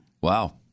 Wow